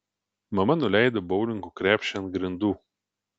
mama nuleido boulingo krepšį ant grindų